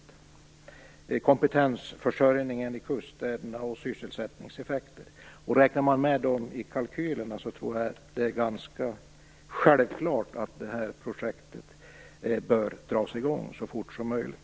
Det gäller dessutom kompetensförsörjningen i kuststäderna och sysselsättningseffekterna. Räknar man med dem i kalkylerna, är det ganska självklart att det här projektet bör dras i gång snart som möjligt.